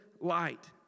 light